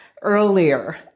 earlier